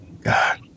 god